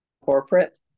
corporate